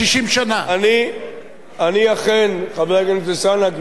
אני אכן, חבר הכנסת אלסאנע, כפי שאמרת,